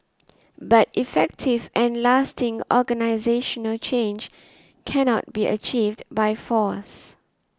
but effective and lasting organisational change cannot be achieved by force